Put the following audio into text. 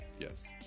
Yes